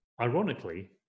Ironically